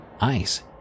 ICE